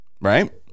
right